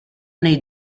nei